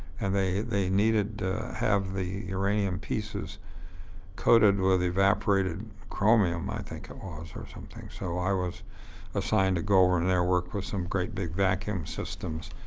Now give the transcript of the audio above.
and they they needed to have the uranium pieces coated with evaporative chromium, i think it was, or something. so i was assigned to go over and there and work with some great big vacuum systems.